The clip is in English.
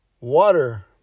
water